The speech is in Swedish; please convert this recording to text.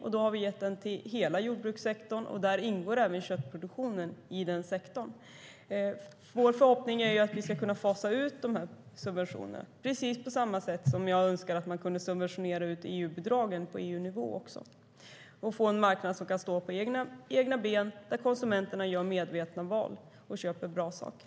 Vi har gett den till hela jordbrukssektorn, och där ingår även köttproduktionen. Vår förhoppning är att vi ska kunna fasa ut de här subventionerna. På samma sätt önskar jag att man kunde fasa ut EU-bidragen på EU-nivå också och få en marknad som kan stå på egna ben där konsumenterna gör medvetna val och köper bra saker.